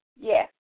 Yes